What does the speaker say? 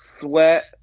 sweat